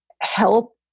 help